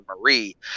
Marie